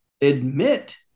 admit